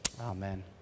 Amen